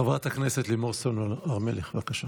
חברת לימור סון הר מלך, בבקשה.